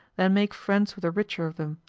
then make friends with the richer of them,